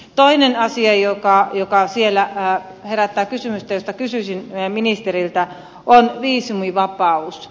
toinen asia joka siellä herättää kysymystä ja josta kysyisin ministeriltä on viisumivapaus